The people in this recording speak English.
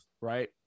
right